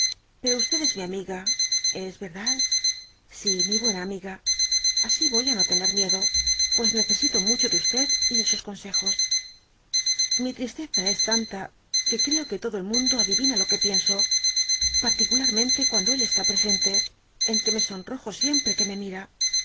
pero es mi amiga es verdad si mi buena amiga asi voy á no tener miedo pues necesito mucho de y de sus consejos lili tristeza es tanta que creo que todo el mundo adivina lo qve pienso particularmente cuando él está presente en que me sonrojo siempre que me mira